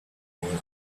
enemies